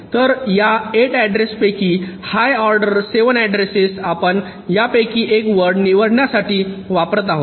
तर या 8 ऍड्रेस पैकी हाय ऑर्डर 7 अड्रेसेस आपण यापैकी एक वर्ड निवडण्यासाठी वापरत आहोत